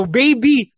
baby